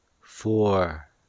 Four